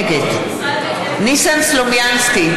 נגד ניסן סלומינסקי,